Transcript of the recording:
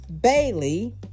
Bailey